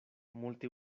multe